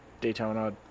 Daytona